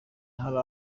hari